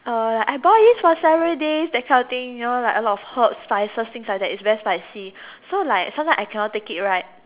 uh I buy this for several days that kind of thing you know like a lot of herbs spices things like that it's very spicy so like sometimes I cannot take it right